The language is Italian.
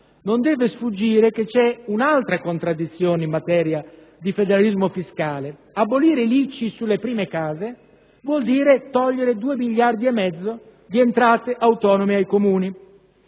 non deve sfuggire che c'è è un'altra contraddizione in materia di federalismo fiscale: abolire l'ICI sulle prime case vuol dire togliere 2 miliardi e mezzo di entrate autonome ai Comuni.